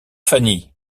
fanny